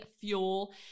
fuel